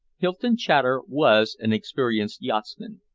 hylton chater was an experienced yachtsman.